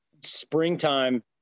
springtime